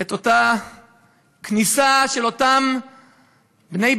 את אותה כניסה של אותם בני-בליעל